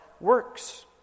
works